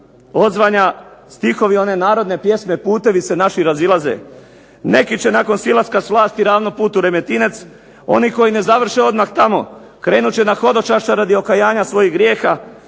odzvanja stihovi oni narodne pjesme "Putevi se naši razilaze". Neki će nakon silaska s vlasti ravno put u Remetinec. Oni koji ne završe odmah tamo krenut će na hodočašće na okajanje svojih grijeha,